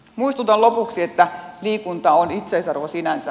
muistutan lopuksi että liikunta on itseisarvo sinänsä